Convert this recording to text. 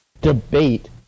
debate